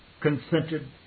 consented